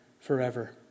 forever